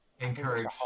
encourage